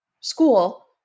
school